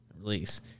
release